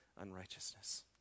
unrighteousness